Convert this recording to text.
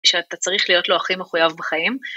שאתה צריך להיות לו הכי מחויב בחיים.